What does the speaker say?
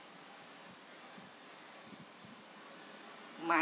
my